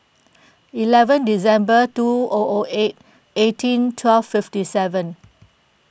eleven December two O O eight eighteen twelve fifty seven